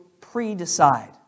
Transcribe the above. pre-decide